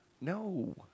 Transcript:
No